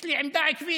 יש לי עמדה עקבית.